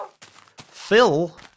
Phil